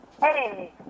Hey